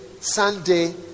Sunday